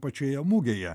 pačioje mugėje